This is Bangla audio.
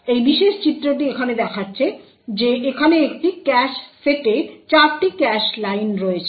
এই বিশেষ চিত্রটি এখানে দেখাচ্ছে যে এখানে একটি ক্যাশ সেটে 4টি ক্যাশ লাইন রয়েছে